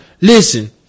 Listen